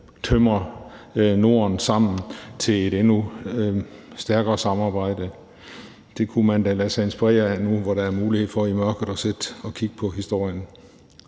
tømre Norden sammen til et endnu stærkere samarbejde. Det kunne man da lade sig inspirere sig af nu, hvor der er mulighed for i mørket og sidde og kigge på historien.